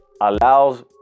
allows